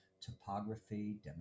topography